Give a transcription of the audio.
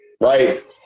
right